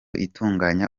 itunganya